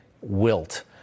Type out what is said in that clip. Wilt